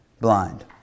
blind